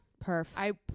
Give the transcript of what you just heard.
Perfect